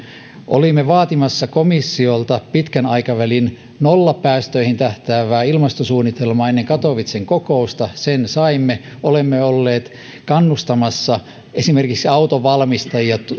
olimme vaatimassa komissiolta pitkän aikavälin nollapäästöihin tähtäävää ilmastosuunnitelmaa ennen katowicen kokousta sen saimme olemme olleet kannustamassa esimerkiksi autonvalmistajia